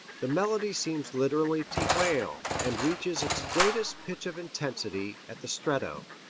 the melody seems literally to wail, and reaches its greatest pitch of intensity at the stretto.